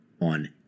on